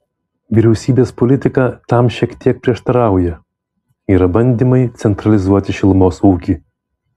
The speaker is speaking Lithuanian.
vyriausybės politika tam šiek tiek prieštarauja yra bandymai centralizuoti šilumos ūkį